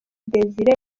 désiré